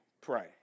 pray